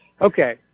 Okay